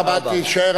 אין הסתייגות.